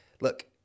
look